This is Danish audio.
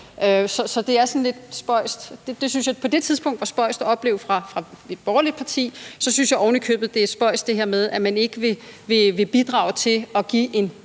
Så det er sådan lidt spøjst. Det syntes jeg på det tidspunkt var spøjst at opleve fra et borgerligt partis sides, og så synes jeg, at det er spøjst, at man oven i købet ikke vil bidrage til at give en